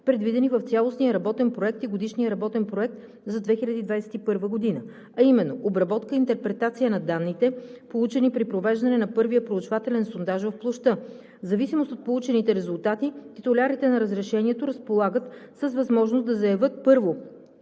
предвидени в цялостния работен проект и в годишния работен проект за 2021 г., а именно обработка и интерпретация на данните, получени при провеждане на първия проучвателен сондаж от площта. В зависимост от получените резултати титулярите на разрешението разполагат с възможност да заявят първо